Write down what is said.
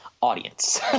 audience